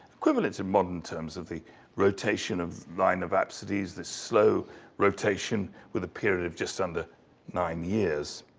equivalent in modern terms of the rotation of line of apsides, the slow rotation with a period of just under nine years.